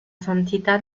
santità